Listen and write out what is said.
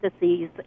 disease